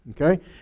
Okay